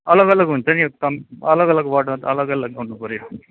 अलग अलग हुन्छ नि हौ सम अलग अलग वार्डमा अलग अलग गर्नुपऱ्यो